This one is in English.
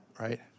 right